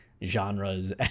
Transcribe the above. genres